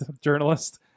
journalist